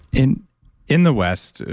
in in the west,